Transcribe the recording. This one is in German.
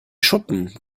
schuppen